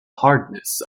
hardness